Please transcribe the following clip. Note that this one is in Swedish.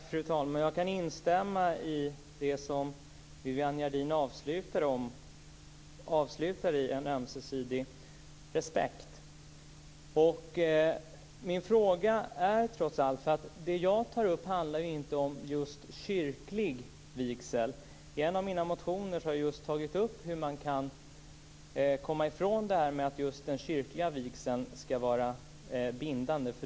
Fru talman! Jag kan instämma i det Viviann Gerdin avslutade med, nämligen en ömsesidig respekt. Det jag tar upp handlar inte om just kyrklig vigsel. I en av mina motioner har jag tagit upp hur man kan komma ifrån att just den kyrkliga vigseln skall vara bindande.